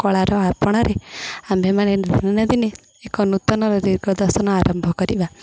କଳାର ଆପଣାରେ ଆମ୍ଭେମାନେ ଦିନେ ନା ଦିନେ ଏକ ନୂତନର ଦିଗ ଦର୍ଶନ ଆରମ୍ଭ କରିବା